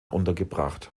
untergebracht